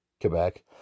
Quebec